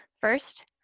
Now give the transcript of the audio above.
first